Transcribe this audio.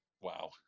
Wow